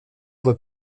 voie